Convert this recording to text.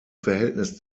verhältnis